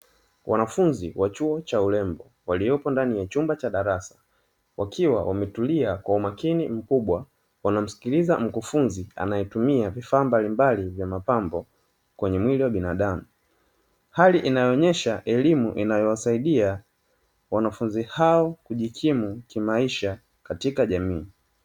Wanafunzi wa chuo cha urembo, waliopo ndani ya chumba cha darasa, wakiwa wametulia kwa umakini mkubwa, wanamsikiliza mkufunzi anayetumia vifaa mbalimbali vya mapambo kwenye mwili wa binadamu. Hali inayoonyesha elimu inayowasaidia wanafunzi hao kujikimu kimaisha katika jamii.